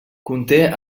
conté